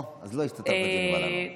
אוה, אז לא השתתפת בדיונים הללו.